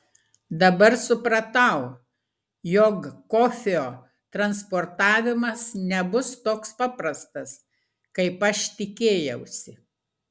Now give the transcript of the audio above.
dabar supratau jog kofio transportavimas nebus toks paprastas kaip aš tikėjausi